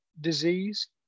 disease